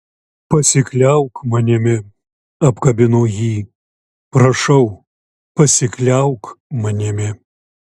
pasikliauk manimi apkabino jį prašau pasikliauk manimi